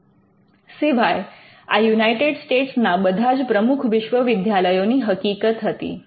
સિવાય આ United States ના બધા જ પ્રમુખ વિશ્વવિદ્યાલયોની હકીકત હતી